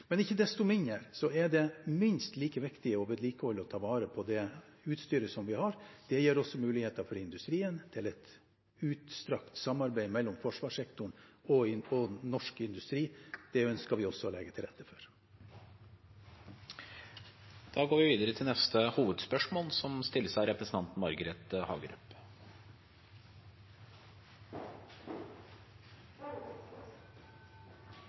Ikke desto mindre er det minst like viktig å vedlikeholde og ta vare på det utstyret vi har. Det gir også muligheter for industrien til et utstrakt samarbeid mellom forsvarssektoren og norsk industri. Det ønsker vi også å legge til rette for. Da går vi videre til neste hovedspørsmål.